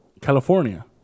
California